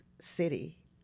city